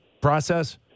process